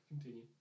Continue